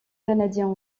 canadien